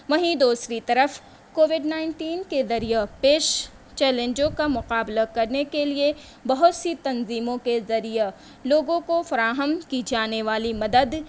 وہیں دوسری طرف کووڈ نائنٹین کے دریہ پیش چیلنجوں کا مقابلہ کرنے کے لئے بہت سی تنظیموں کے ذریعہ لوگوں کو فراہم کی جانے والی مدد